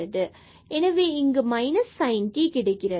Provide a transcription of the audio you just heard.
எனவே இங்கு minus sin t கிடைக்கிறது